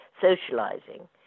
socializing